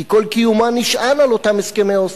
כי כל קיומה נשען על אותם הסכמי אוסלו.